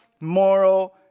moral